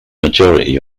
majority